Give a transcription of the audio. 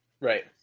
Right